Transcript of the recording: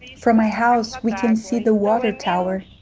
from my house we can see the water tower.